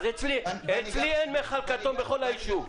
אז אצלי אין מכל כתום בכל היישוב.